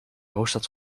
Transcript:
hoofdstad